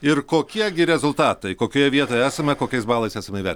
ir kokie gi rezultatai kokioje vietoje esame kokiais balais esame įver